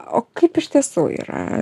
o kaip iš tiesų yra